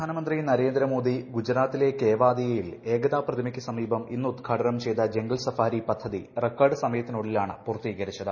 പ്രധാനമന്ത്രി നരേന്ദ്ര മോദി ഗുജറാത്തിലെ കെവാധിയയിൽ ഏകതാ പ്രതിമക്ക് സമീപം ഇന്ന് ഉദ്ഘാടനം ചെയ്ത ജംഗിൾ സഫാരി പദ്ധതി റെക്കോർഡ് സമയത്തിനുള്ളിൽ ആണ് പൂർത്തീകരിച്ചത്